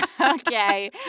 Okay